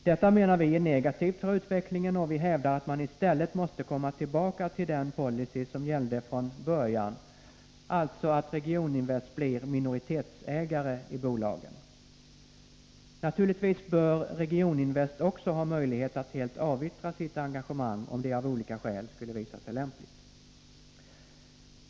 Detta menar vi är negativt för utvecklingen, och vi hävdar att man i stället måste komma tillbaka till den politik som gällde från början, nämligen att Regioninvest blir minoritetsägare i bolagen. Naturligtvis bör Regioninvest också ha möjlighet att helt avyttra sitt engagemang, om det av olika skäl skulle visa sig lämpligt.